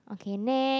okay net